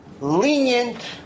lenient